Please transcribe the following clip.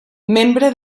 membre